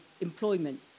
employment